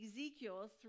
Ezekiel